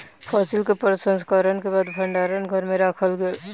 फसिल के प्रसंस्करण के बाद भण्डार घर में राखल गेल